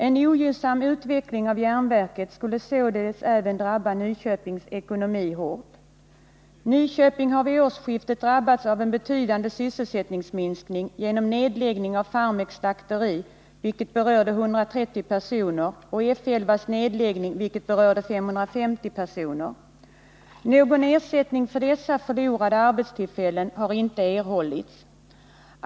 En ogynnsam utveckling av järnverket skulle således även drabba Nyköpings ekonomi hårt. Nyköping har vid årsskiftet drabbats av en betydande sysselsättningsminskning genom nedläggning av Farmeks slakteri, som berörde 130 personer, och genom F 11:s nedläggning, som berörde 550 personer. Någon ersättning för dessa förlorade arbetstillfällen har inte erhållits.